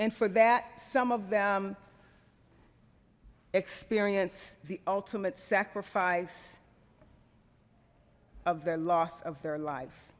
and for that some of them experience the ultimate sacrifice of the loss of their life